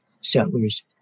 settlers